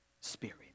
spirit